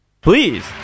Please